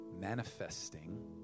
manifesting